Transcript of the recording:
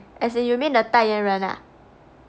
as in you mean the 代言人 ah